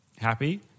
happy